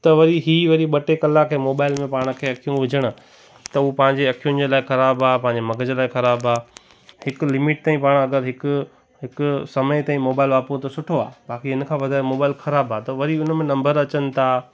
त वरी ही वरी ॿ टे कलाक मोबाइल में पाण खे अखियूं विझणु त हू पंहिंजे अखियुनि जे लाइ ख़राबु आहे पंहिंजे मगज़ लाइ ख़राबु आहे हिकु लिमिट ताईं पाण अगरि हिकु हिकु समय ताईं मोबाइल वापरियूं त सुठो आहे बाक़ी हिन खां वधारे मोबाइल ख़राबु आहे त वरी उनमें नम्बर अचनि था